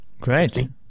great